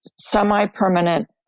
semi-permanent